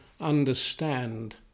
understand